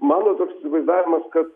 mano toks įsivaizdavimas kad